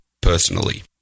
personally